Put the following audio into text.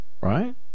Right